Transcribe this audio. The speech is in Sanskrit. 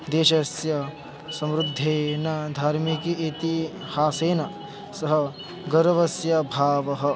देशस्य समृद्धेन धार्मिक इतिहासेन सः गर्वस्य भावः